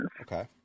Okay